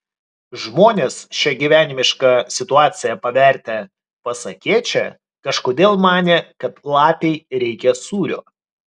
žmonės šią gyvenimišką situaciją pavertę pasakėčia kažkodėl manė kad lapei reikia sūrio